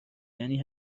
یعنی